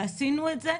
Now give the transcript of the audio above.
ועשינו את זה.